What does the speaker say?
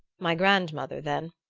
my grandmother, then.